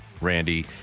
Randy